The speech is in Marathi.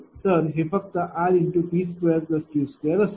तर हे फक्त rP2Q2असेल